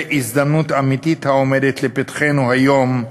הזדמנות אמיתית העומדת לפתחנו היום,